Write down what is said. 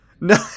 no